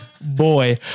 Boy